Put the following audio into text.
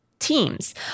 teams